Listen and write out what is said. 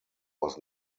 was